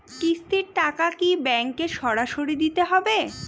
কিস্তির টাকা কি ব্যাঙ্কে সরাসরি দিতে হবে?